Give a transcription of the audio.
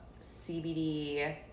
CBD